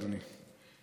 בבקשה, אדוני.